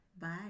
Bye